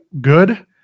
good